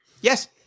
Yes